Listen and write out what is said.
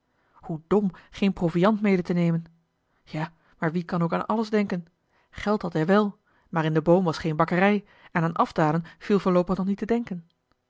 hoe dom geen proviand mede te nemen ja maar wie kan ook aan alles denken geld had hij wel maar in den boom was geen bakkerij en aan afdalen viel voorloopig nog niet te denken